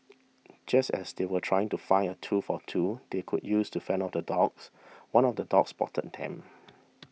just as they were trying to find a tool for two they could use to fend off the dogs one of the dogs spotted them